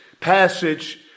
passage